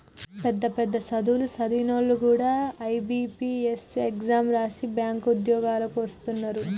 పెద్ద పెద్ద సదువులు సదివినోల్లు కూడా ఐ.బి.పీ.ఎస్ ఎగ్జాం రాసి బ్యేంకు ఉద్యోగాలకు వస్తున్నరు